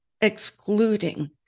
excluding